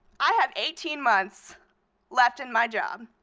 i have eighteen months left in my job.